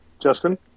Justin